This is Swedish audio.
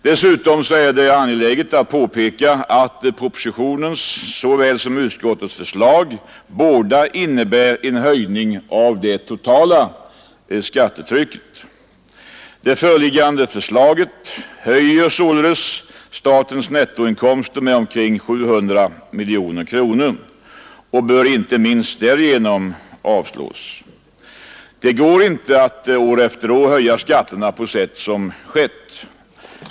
Dessutom är det angeläget att påpeka att propositionens såväl som utskottets förslag innebär en höjning av det totala skattetrycket. Det föreliggande förslaget ökar statens nettoinkomster och bör inte minst därför avslås. Det går inte att år efter år höja skatterna på sätt som skett.